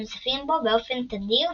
נוזפים בו באופן תדיר,